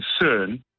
concern